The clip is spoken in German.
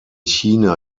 china